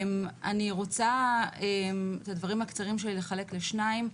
אני רוצה את הדברים הקצרים שלי לחלק לשניים.